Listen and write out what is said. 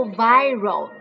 viral